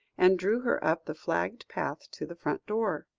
and drew her up the flagged path to the front door.